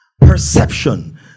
Perception